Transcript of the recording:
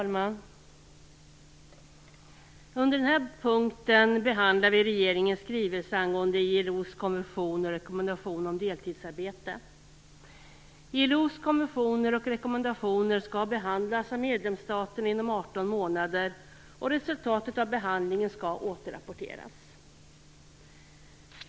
Fru talman! Under denna punkt behandlar vi regeringens skrivelse angående ILO:s konvention och rekommendation om deltidsarbete. ILO:s konventioner och rekommendationer skall behandlas av medlemsstaterna inom 18 månader, och resultatet av behandlingen skall återrapporteras.